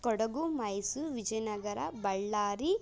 Kodagu Mysuru Vijayanagara Ballari